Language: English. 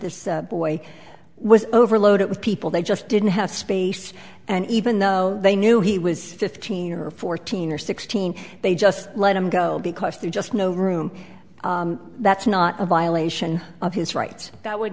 the boy was overloaded with people they just didn't have space and even though they knew he was fifteen or fourteen or sixteen they just let him go because there's just no room that's not a violation of his rights that would